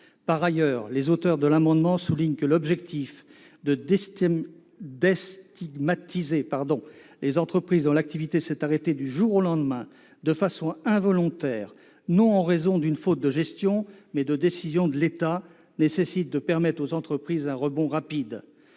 Par ailleurs, il faut souligner que l'objectif de déstigmatiser les entreprises, dont l'activité s'est arrêtée du jour au lendemain de façon involontaire, non en raison d'une faute de gestion, mais de décisions de l'État, nécessite de permettre aux entreprises un rebond rapide.